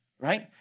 right